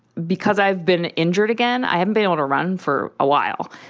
because i've been injured again. i haven't been on a run for a while.